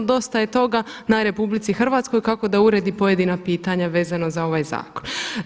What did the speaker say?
Dosta je toga na RH kako da uredi pojedina pitanja vezano za ovaj zakon.